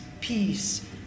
peace